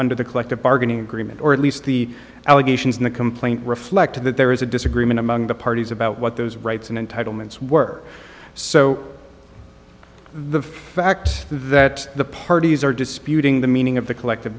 under the collective bargaining agreement or at least the allegations in the complaint reflected that there is a disagreement among the parties about what those rights and entitlements were so the fact that the parties are disputing the meaning of the collective